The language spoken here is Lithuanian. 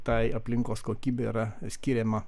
tai aplinkos kokybei yra skiriama